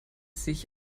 sich